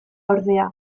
ordea